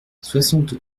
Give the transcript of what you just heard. soixante